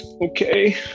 okay